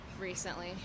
recently